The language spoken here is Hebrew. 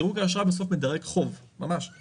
דירוג האשראי בסוף מדרג חוב ממשלתי.